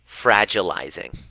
fragilizing